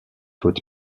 hôte